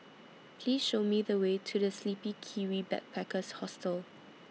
Please Show Me The Way to The Sleepy Kiwi Backpackers Hostel